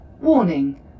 Warning